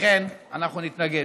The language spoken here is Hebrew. ולכן אנחנו נתנגד.